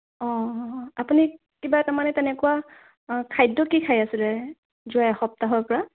অঁ আপুনি কিবা তাৰমানে তেনেকুৱা খাদ্য় কি খাই আছিলে যোৱা এসপ্তাহৰ পৰা